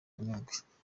nyungwe